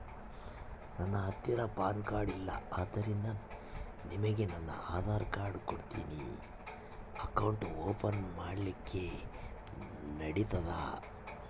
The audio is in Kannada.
ನನ್ನ ಹತ್ತಿರ ಪಾನ್ ಕಾರ್ಡ್ ಇಲ್ಲ ಆದ್ದರಿಂದ ನಿಮಗೆ ನನ್ನ ಆಧಾರ್ ಕಾರ್ಡ್ ಕೊಡ್ತೇನಿ ಅಕೌಂಟ್ ಓಪನ್ ಮಾಡ್ಲಿಕ್ಕೆ ನಡಿತದಾ?